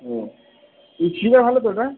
হুম তো ওটা